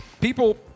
People